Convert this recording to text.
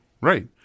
Right